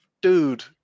dude